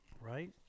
Right